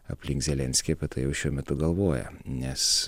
aplink zelenskį apie tai jau šiuo metu galvoja nes